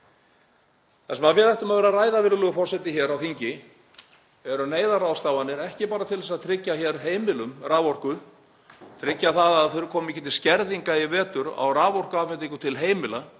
Það sem við ættum að vera að ræða, virðulegur forseti, hér á þingi eru neyðarráðstafanir, ekki bara til þess að tryggja heimilum raforku, tryggja að það komi ekki til skerðinga í vetur á raforkuafhendingu til heimila